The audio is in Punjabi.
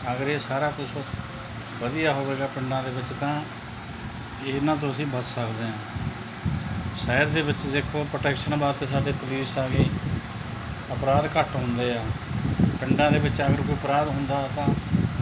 ਅਗਰ ਇਹ ਸਾਰਾ ਕੁਛ ਵਧੀਆ ਹੋਵੇਗਾ ਪਿੰਡਾਂ ਦੇ ਵਿੱਚ ਤਾਂ ਇਹਨਾਂ ਤੋਂ ਅਸੀਂ ਬਚ ਸਕਦੇ ਹਾਂ ਸੈਰ ਦੇ ਵਿੱਚ ਦੇਖੋ ਪੋਟੈਕਸ਼ਨ ਵਾਸਤੇ ਸਾਡੇ ਪੁਲੀਸ ਆ ਗਈ ਅਪਰਾਧ ਘੱਟ ਹੁੰਦੇ ਆ ਪਿੰਡਾਂ ਦੇ ਵਿੱਚ ਅਗਰ ਕੋਈ ਅਪਰਾਧ ਹੁੰਦਾ ਤਾਂ